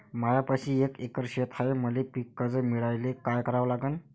मायापाशी एक एकर शेत हाये, मले पीककर्ज मिळायले काय करावं लागन?